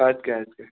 اَدٕ کیٛاہ اَدٕ کیٛاہ